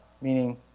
meaning